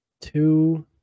Two